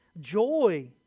joy